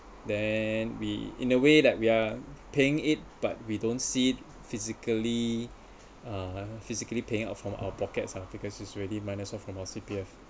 then we in a way that we are paying it but we don't see it physically uh physically paying uh from our pockets ah because it's really minus off from our C_P_F